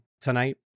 tonight